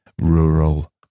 rural